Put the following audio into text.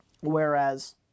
whereas